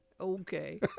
Okay